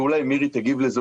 ואולי מירי תגיב לזה,